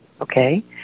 Okay